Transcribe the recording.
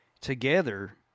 together